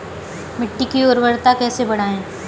मिट्टी की उर्वरता कैसे बढ़ाएँ?